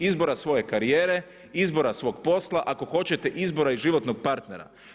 Izbora svoje karijere, izbora svog posla, ako hoćete izbora i životnog partnera.